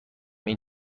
این